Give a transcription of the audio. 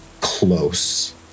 close